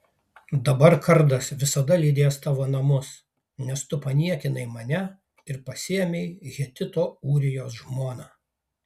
dabar kardas visada lydės tavo namus nes tu paniekinai mane ir pasiėmei hetito ūrijos žmoną